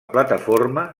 plataforma